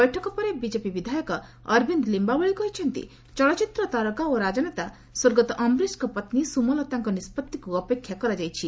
ବୈଠକ ପରେ ବିକେପି ବିଧାୟକ ଅରବିନ୍ଦ ଲିୟାବଳୀ କହିଛନ୍ତି ଚଳଚ୍ଚିତ୍ର ତାରକା ଓ ରାଜନେତା ସ୍ୱର୍ଗତ ଅମ୍ଘରୀଶଙ୍କ ପତ୍ନୀ ସୁମଲତାଙ୍କ ନିଷ୍ପଭିକୁ ଅପେକ୍ଷା କରାଯାଇଛି